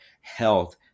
health